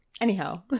Anyhow